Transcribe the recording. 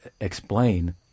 explain